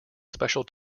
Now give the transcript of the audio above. special